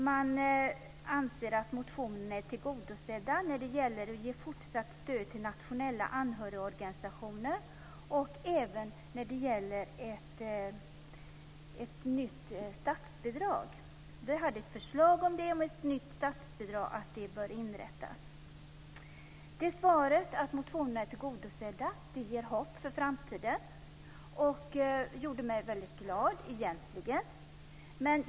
Man anser att motionen är tillgodosedd när det gäller att ge fortsatt stöd till nationella anhörigorganisationer och även när det gäller ett nytt statsbidrag. Vi hade nämligen ett förslag om att ett sådant borde inrättas. Detta svar, att motionen är tillgodosedd, ger hopp för framtiden och gjorde mig egentligen väldigt glad.